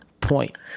point